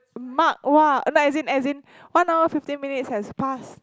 mark !wah! no as in as in one hour fifteen minutes has pass